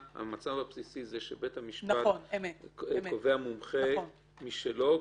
זה שבית המשפט קובע מומחה משלו,